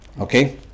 Okay